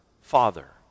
Father